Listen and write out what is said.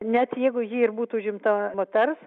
net jeigu ji ir būtų užimta moters